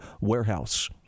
Warehouse